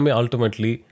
ultimately